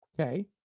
Okay